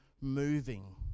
moving